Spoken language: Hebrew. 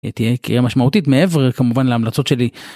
יהיה קריאה משמעותית מעבר כמובן להמלצות שלי.